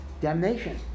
damnation